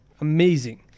amazing